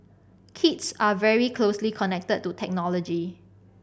kids are very closely connected to technology